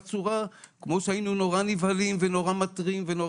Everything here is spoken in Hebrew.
צורה כמו שהיינו נורא נבהלים ונורא מתרים.